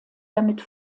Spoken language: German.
damit